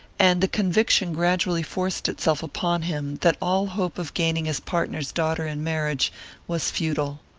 and the conviction gradually forced itself upon him that all hope of gaining his partner's daughter in marriage was futile.